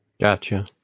Gotcha